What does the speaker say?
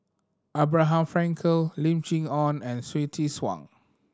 Abraham Frankel Lim Chee Onn and Hsu Tse Kwang